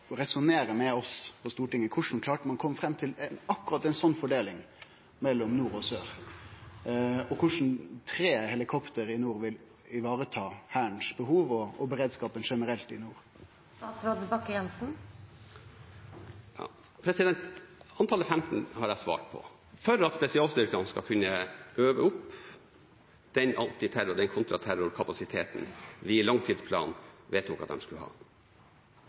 oss på Stortinget om korleis ein klarte å kome fram til akkurat ei slik fordeling mellom nord og sør: Korleis kan tre helikopter i nord vareta Hærens behov og beredskapen generelt i nord? Antallet 15 har jeg svart på. Det er for at spesialstyrkene skal kunne øve opp den antiterror- og kontraterrorkapasiteten vi i langtidsplanen vedtok at de skulle ha.